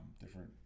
different